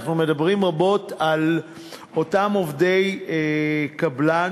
אנחנו מדברים רבות על אותם עובדי קבלן,